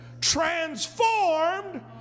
transformed